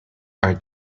are